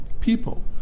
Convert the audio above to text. people